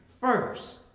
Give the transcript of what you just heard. first